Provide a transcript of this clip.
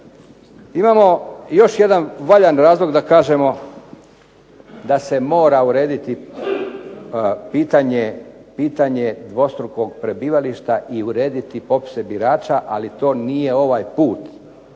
Imamo još jedan valjan razlog da kažemo da se mora urediti pitanje dvostrukog prebivališta i urediti popise birača, ali to nije ovaj put.